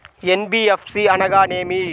NBFC అనగా ఏమిటీ?